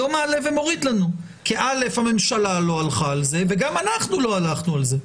לא מעלה ומוריד לנו כי הממשלה לא הלכה על זה וגם אנחנו לא הלכנו על זה.